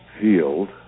field